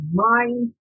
mind